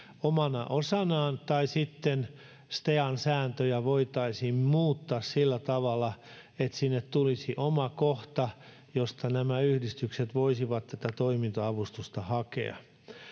omana osanaan tai sitten stean sääntöjä voitaisiin muuttaa sillä tavalla että sinne tulisi oma kohta josta nämä yhdistykset voisivat tätä toiminta avustusta hakea